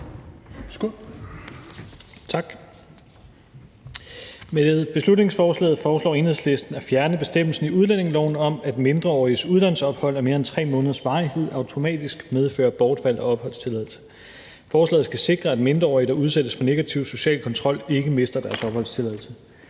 Med beslutningsforslaget foreslår Enhedslisten at fjerne bestemmelsen i udlændingeloven om, at mindreåriges udlandsophold af mere end 3 måneders varighed automatisk medfører bortfald af opholdstilladelse. Forslaget skal sikre, at mindreårige, der udsættes for negativ social kontrol, ikke mister deres opholdstilladelse.